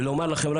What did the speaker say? ולומר לכם,